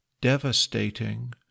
devastating